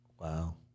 Wow